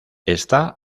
está